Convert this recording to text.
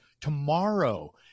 tomorrow